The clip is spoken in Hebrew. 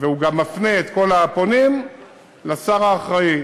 והוא גם מפנה את כל הפונים לשר האחראי,